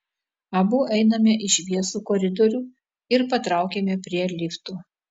abu einame į šviesų koridorių ir patraukiame prie liftų